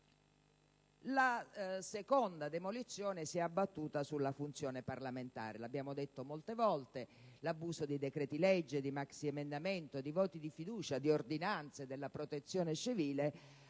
La seconda demolizione si è abbattuta sulla funzione parlamentare. Come abbiamo sottolineato tante volte, l'abuso dei decreti-legge, dei maxiemendamenti, dei voti di fiducia e delle ordinanze della Protezione civile